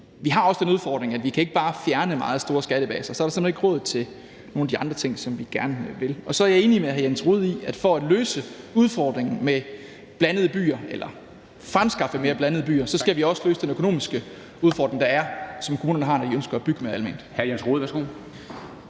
vi har også den udfordring, at vi ikke bare kan fjerne meget store skattebaser, for så er der simpelt hen ikke råd til nogle af de andre ting, som vi gerne vil. Så er jeg enig med hr. Jens Rohde i, at for at løse udfordringen med blandede byer eller fremskaffe mere blandede byer skal vi også løse den økonomiske udfordring, der er, som kommunerne har, når de ønsker at bygge flere almene